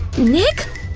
nick!